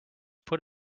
put